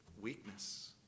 weakness